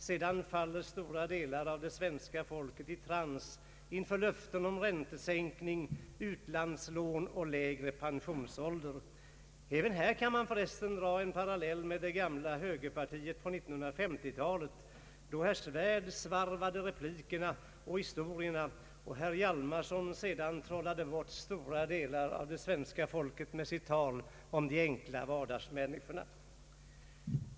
Sedan faller stora delar av det svenska folket i trance inför löften om räntesänkning, utlandslån och lägre pensionsålder. Även här kan man dra en parallell med det gamla högerpartiet på 1950-talet, då herr Svärd svarvade replikerna och historierna och herr Hjalmarson sedan trollade bort stora delar av det svenska folket med sitt tal om de enkla vardagsmänniskorna.